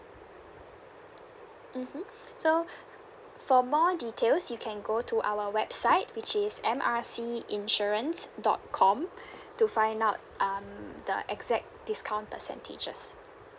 mmhmm so for more details you can go to our website which is M R C insurance dot com to find out um the exact discount percentages